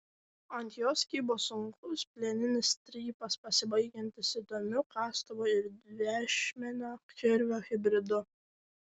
ant jos kybo sunkus plieninis strypas pasibaigiantis įdomiu kastuvo ir dviašmenio kirvio hibridu